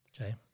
Okay